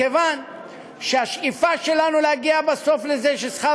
מכיוון שהשאיפה שלנו היא להגיע בסוף לזה ששכר